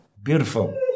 beautiful